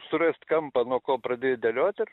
surast kampą nuo ko pradėt dėliot ir